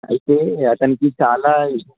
అయితే అతనికి చాలా